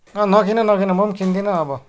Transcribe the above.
नकिन नकिन म पनि किन्दिन अब